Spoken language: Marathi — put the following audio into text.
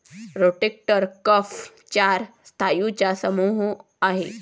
रोटेटर कफ चार स्नायूंचा समूह आहे